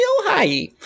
ohio